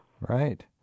Right